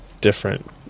different